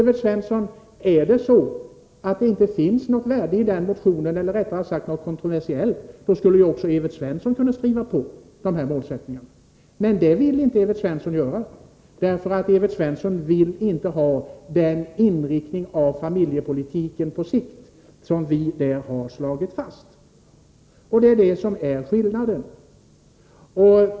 Finns det, Evert Svensson, inte något värde i reservationen, eller, rättare sagt, finns det inte något kontroversiellt i den, skulle väl även Evert Svensson kunna skriva på denna målsättning, men det vill han inte göra. Han vill inte ha den inriktningen av familjepolitiken som vi där har slagit fast. Detta är skillnaden.